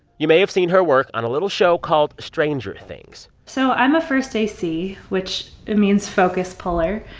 you may have seen her work on a little show called stranger things. so i'm a first ac, which it means focus puller.